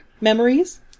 memories